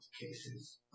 cases